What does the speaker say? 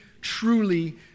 truly